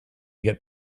get